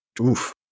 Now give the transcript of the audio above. Oof